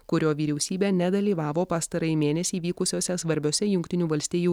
kurio vyriausybė nedalyvavo pastarąjį mėnesį vykusiose svarbiose jungtinių valstijų